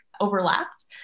overlapped